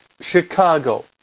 Chicago